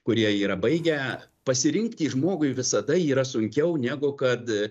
kurie yra baigę pasirinkti žmogui visada yra sunkiau negu kad